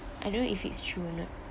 I don't know if it's true or not